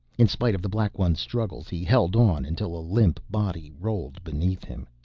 in spite of the black one's struggles he held on until a limp body rolled beneath him.